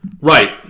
Right